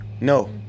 no